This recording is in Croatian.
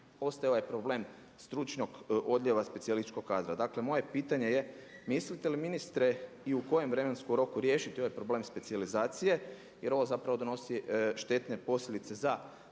ostaje ovaj problem stručnog odljeva specijalističkog kadra. Dakle moje pitanje je mislite li ministre i u kojem vremenskom roku riješiti ovaj problem specijalizacije jer ovo zapravo donosi štetne posljedice za